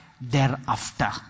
thereafter